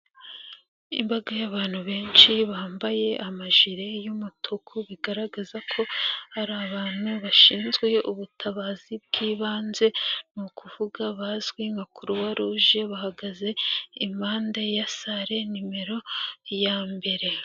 Imbaga y'abantu benshi bambaye amajire y'umutuku bigaragara ko ari abantu bashinzwe ubutabazi bw'ibanze ni ukuvuga bazwi nka Croix Rouge, bahagaze impande ya sale nimero ya mbere.